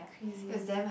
crazy ya